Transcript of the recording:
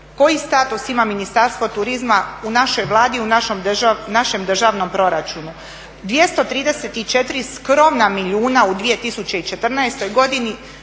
koji status ima Ministarstvo turizma u našoj Vladi, u našem državnom proračunu. 234 skromna milijuna u 2014. godini